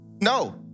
no